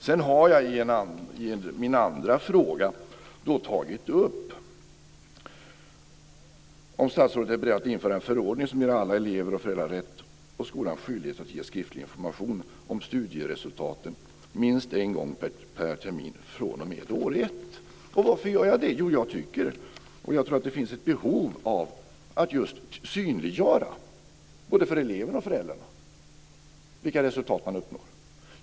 Sedan har jag i min andra fråga tagit upp om statsrådet är beredd att införa en förordning som ger alla elever och föräldrar rätt och skolan skyldighet att ge skriftlig information om studieresultaten minst en gång per termin fr.o.m. år ett. Och varför gör jag det? Jo, jag tror att det finns ett behov av att synliggöra både för eleverna och för föräldrarna vilka resultat som eleverna uppnår.